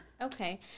okay